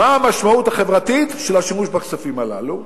מה המשמעות החברתית של השימוש בכספים הללו.